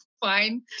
fine